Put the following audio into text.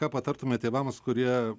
ką patartumėt tėvams kurie